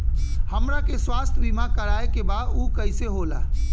हमरा के स्वास्थ्य बीमा कराए के बा उ कईसे होला?